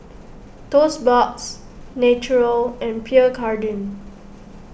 Toast Box Naturel and Pierre Cardin